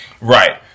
Right